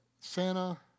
Santa